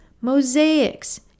mosaics